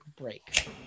break